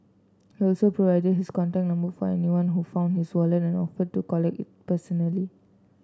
he also provided his contact number for anyone who found his wallet and offered to it personally